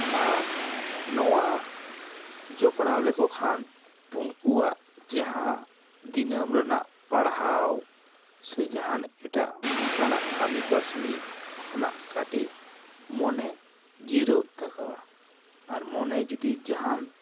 ᱟᱨ ᱱᱚᱣᱟ ᱡᱚᱯᱲᱟᱣ ᱞᱮᱠᱚ ᱠᱷᱟᱱ ᱩᱱᱠᱩᱣᱟᱜ ᱡᱟᱦᱟᱸ ᱫᱤᱱᱟᱹᱢ ᱨᱮᱱᱟᱜ ᱯᱟᱲᱦᱟᱣ ᱥᱮ ᱡᱟᱦᱟᱱ ᱮᱴᱟᱜ ᱚᱱᱠᱟᱱᱟᱜ ᱠᱟᱹᱢᱤ ᱠᱟᱹᱥᱱᱤ ᱠᱷᱚᱱᱟᱜ ᱠᱟᱹᱴᱤᱡ ᱢᱚᱱᱮ ᱡᱤᱨᱟᱹᱜ ᱛᱟᱠᱚᱣᱟ ᱟᱨ ᱢᱚᱱᱮ ᱡᱩᱫᱤ ᱡᱟᱦᱟᱱ